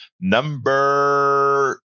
number